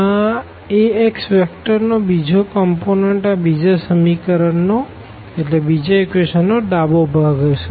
આ Axવેક્ટર નો બીજો કમ્પોનંટ આ બીજા ઇક્વેશન નો ડાબો ભાગ હશે